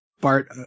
Bart